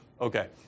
okay